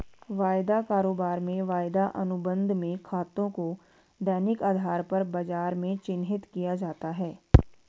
वायदा कारोबार में वायदा अनुबंध में खातों को दैनिक आधार पर बाजार में चिन्हित किया जाता है